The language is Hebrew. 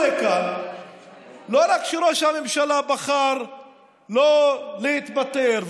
לא רק שראש הממשלה בחר לא להתפטר,